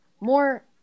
more